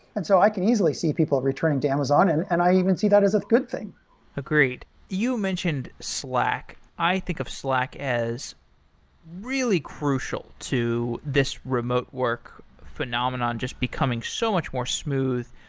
and so i can easily see people returning to amazon, and and i even see that as a good thing you mentioned slack. i think of slack as really crucial to this remote work phenomenon just becoming so much more smooth.